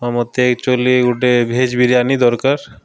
ହଁ ମୋତେ ଆକ୍ଚୁଆଲି ଗୋଟେ ଭେଜ୍ ବିରିୟାନୀ ଦରକାର